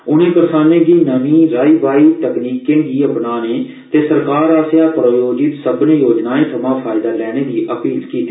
उनें करसानें गी नमीं राई बाई तकनालोजी अपनाने ते सरकार आसेया प्रायोजित सब्बै योजनाएं थमां लाह लैने दी अपील कीती